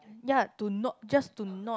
ya to not just to not